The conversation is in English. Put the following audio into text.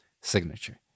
signature